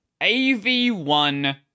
AV1